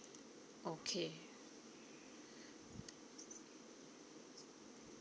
okay